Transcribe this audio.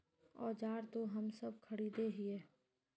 औजार तो हम सब खरीदे हीये?